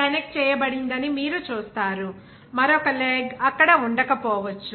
connect చేయబడిందని మీరు చూస్తారు మరొక లెగ్ అక్కడ ఉండకపోవచ్చు